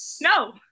no